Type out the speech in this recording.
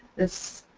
this